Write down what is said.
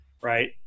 right